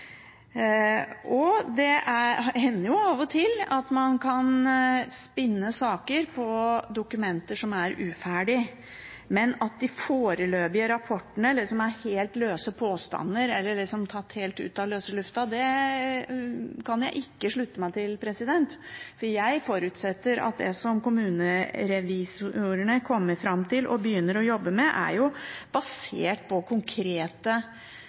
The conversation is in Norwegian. Det hender jo av og til at man kan spinne saker på dokumenter som er uferdige. Men at de foreløpige rapportene er helt løse påstander, eller tatt helt ut av løse lufta, kan jeg ikke slutte meg til. Jeg forutsetter at det som kommunerevisorene kommer fram til, og begynner å jobbe med, er basert på konkrete